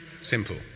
simple